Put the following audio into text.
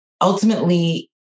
ultimately